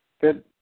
Good